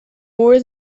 more